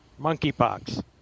Monkeypox